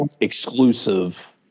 exclusive